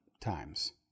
times